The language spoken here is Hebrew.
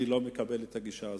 אני לא מקבל את הגישה הזאת.